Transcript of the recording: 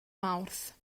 mawrth